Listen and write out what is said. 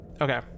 Okay